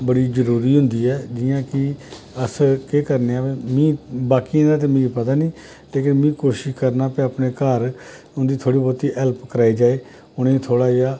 बड़ी जरूरी होंदी ऐ जि'यां कि अस केह् करने आं मी बाकियें दा ते मी पता निं लेकिन में कोशिश करना कि अपने घर उं'दी थोह्ड़ी बहोती हेल्प कराई जाए उ'नें गी थोह्ड़ा जेहा